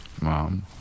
Mom